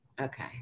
Okay